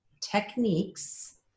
techniques